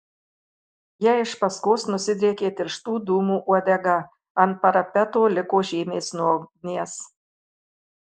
jai iš paskos nusidriekė tirštų dūmų uodega ant parapeto liko žymės nuo ugnies